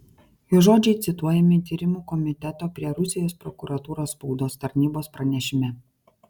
jo žodžiai cituojami tyrimų komiteto prie rusijos prokuratūros spaudos tarnybos pranešime